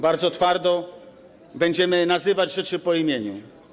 Bardzo twardo będziemy nazywać rzeczy po imieniu.